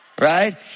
right